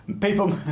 People